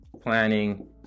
planning